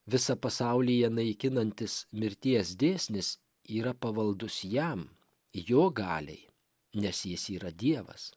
visa pasaulyje naikinantis mirties dėsnis yra pavaldus jam jo galiai nes jis yra dievas